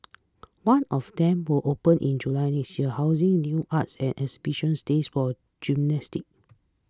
one of them will open in July next year housing new arts and exhibition states for a gymnasium